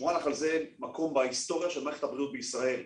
זה מקום בהיסטוריה של מערכת הבריאות בישראל,